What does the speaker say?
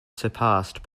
surpassed